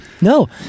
No